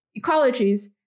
ecologies